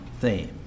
theme